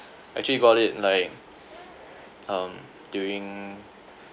actually bought it like um during